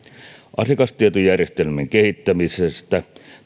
asiakastietojärjestelmien kehittämisestä